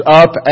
up